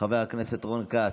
חבר הכנסת רון כץ,